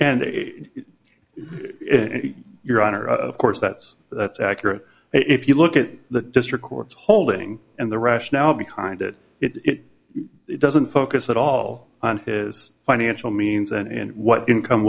and your honor of course that's that's accurate if you look at the district court's holding and the rationale behind it it doesn't focus at all on his financial means and what income